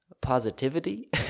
positivity